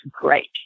great